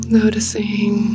Noticing